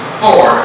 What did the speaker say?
four